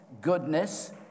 goodness